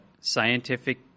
scientific